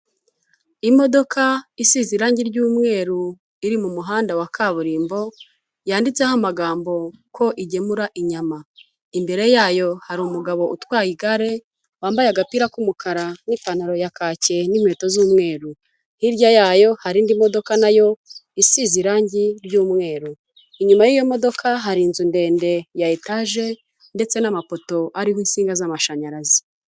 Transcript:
Imodoka isize irangi ry'umweru iri mu muhanda wa kaburimbo, yanditseho amagambo ko igemura inyama, imbere yayo hari umugabo utwaye igare wambaye agapira k'umukara n'ipantaro ya kaki n'inkweto z'umweru, hirya yayo hari indi modoka na yo isize irangi ry'umweru, inyuma y'iyo modoka hari inzu ndende ya etaje ndetse n'amapoto ariho insinga z'amashanyarazi.